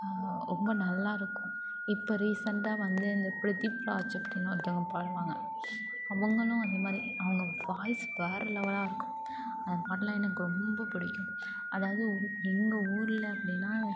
ரொம்ப நல்லாயிருக்கும் இப்போ ரீசண்ட்டாக வந்து இந்த பிரதீப்ராஜ் அப்படின்னு ஒருத்தங்க பாடுவாங்க அவங்களும் அதேமாதிரி அவங்க வாய்ஸ் வேறு லெவலாக இருக்கும் அந்த பாட்டுலாம் எனக்கு ரொம்ப பிடிக்கும் அதாவது ஒரு எங்கள் ஊரில் அப்படின்னா